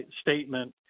statement